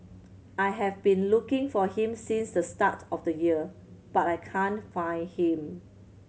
I have been looking for him since the start of the year but I can't find him